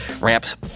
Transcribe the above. Ramp's